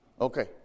Okay